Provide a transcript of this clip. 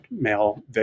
male